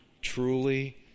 truly